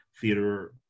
theater